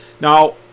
Now